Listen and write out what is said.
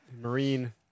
Marine